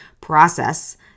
process